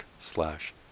slash